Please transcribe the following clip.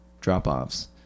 drop-offs